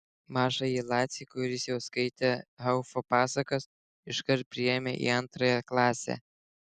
mažąjį lacį kuris jau skaitė haufo pasakas iškart priėmė į antrąją klasę